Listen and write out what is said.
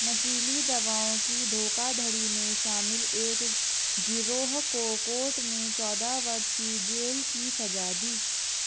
नशीली दवाओं की धोखाधड़ी में शामिल एक गिरोह को कोर्ट ने चौदह वर्ष की जेल की सज़ा दी